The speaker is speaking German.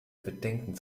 bedenken